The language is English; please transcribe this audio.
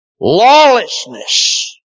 Lawlessness